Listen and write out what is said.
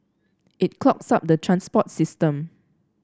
it clogs up the transport system